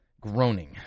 Groaning